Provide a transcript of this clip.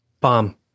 bomb